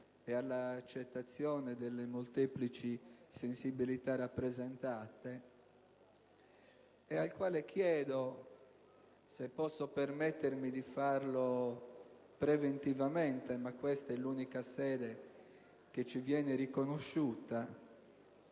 e alla accettazione delle molteplici sensibilità rappresentate e al quale chiedo, se posso permettermi di farlo preventivamente (ma questa è l'unica sede che ci viene riconosciuta),